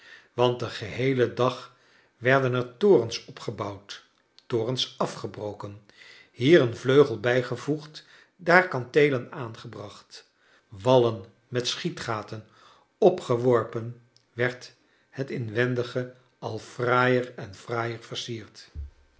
want den geheelen dag werden er torens opgebouwd torens afgebroken hier een vleugel bij gevoegd daar kanteelen aangebracht wallen met schietgaten opgeworpen werd het inwendige al fraaier en fraaier versierd